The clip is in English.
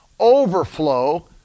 Overflow